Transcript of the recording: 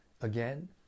again